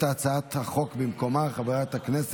אני קובע כי הצעת חוק להפסקת פעילות סוכנות הסעד